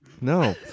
No